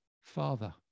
father